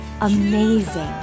amazing